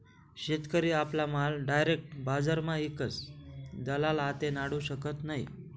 शेतकरी आपला माल डायरेक बजारमा ईकस दलाल आते नाडू शकत नै